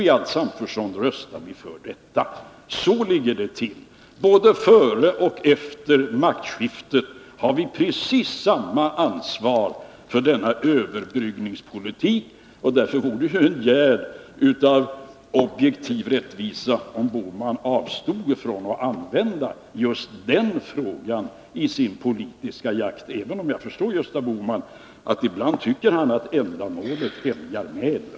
I allt samförstånd röstade vi för detta. Så ligger det till. Både före och efter maktskiftet har vi precis samma ansvar för denna överbryggningspolitik. Därför vore det ju en gärd av objektiv rättvisa, om herr Bohman avstode från att använda just den frågan i sin politiska jakt — även om jag förstår att Gösta Bohman ibland tycker att ändamålet helgar medlen.